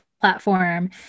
platform